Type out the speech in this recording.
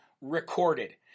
recorded